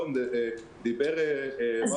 נכון, דיבר רפאל על 35,000 שקלים.